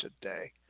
today